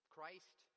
Christ